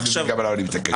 ואני מבין גם למה אני מתעקש.